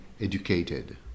educated